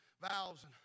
valves